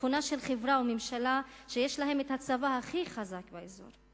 תכונה של חברה וממשלה שיש להם הצבא הכי חזק באזור,